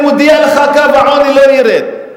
אני מודיע לך שקו העוני לא ירד.